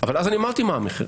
אבל אז אני אמרתי מה המחירים,